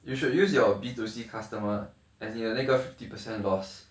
you should use your B two C customer as 你的那个 fifty percent loss